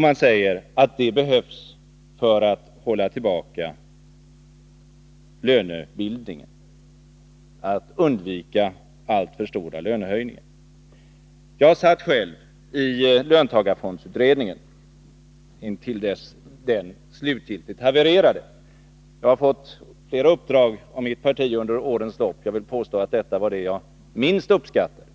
Man säger att den behövs för att lönebildningen skall kunna hållas tillbaka, för att alltför stora lönehöjningar skall kunna undvikas. Jag satt själv med i löntagarfondsutredningen fram till dess att den slutgiltigt havererade. Jag har fått flera uppdrag av mitt parti under årens lopp, men jag vill påstå att det uppdraget är det som jag minst uppskattat.